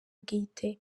bwite